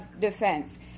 Defense